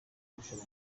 rushanwa